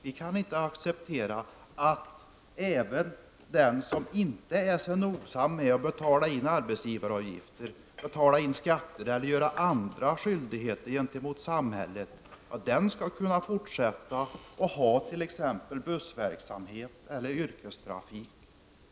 Vi kan inte acceptera att även den som inte är så noga med att betala in arbetsgivaravgifter, betala in skatt eller fullgöra andra skyldigheter gentemot samhället, skall kunna fortsätta och driva t.ex. bussverksamhet eller yrkestrafik.